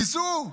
תיסעו,